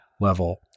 level